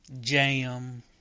Jam